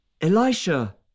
Elisha